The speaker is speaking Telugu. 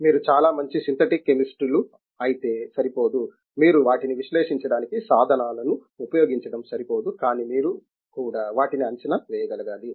మీరు చాలా మంచి సింథటిక్ కెమిస్టులు అయితే సరిపోదు మీరు వాటిని విశ్లేషించడానికి సాధనాలను ఉపయోగించడం సరిపోదు కానీ మీరు కూడా వాటిని అంచనా వేయగలగాలి